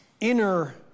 inner